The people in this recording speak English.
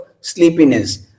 sleepiness